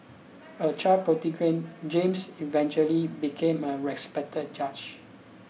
a child James eventually became a respected judge